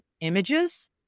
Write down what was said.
images